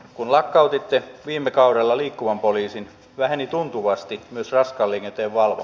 kun lakkautitte viime kaudella liikkuvan poliisin väheni tuntuvasti myös raskaan liikenteen valvonta